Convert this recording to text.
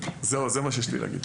זהו זה מה שיש לי להגיד.